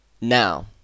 Now